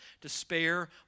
despair